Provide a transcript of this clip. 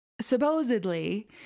supposedly